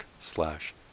slash